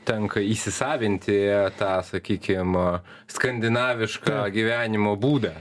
tenka įsisavinti tą sakykim skandinavišką gyvenimo būdą